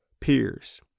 peers